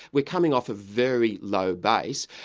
we're coming off a very low base,